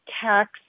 tax